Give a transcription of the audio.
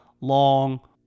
long